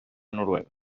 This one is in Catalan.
noruega